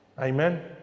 Amen